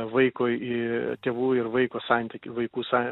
vaiko i tėvų ir vaiko santyk vaikų sa